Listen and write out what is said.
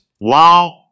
Wow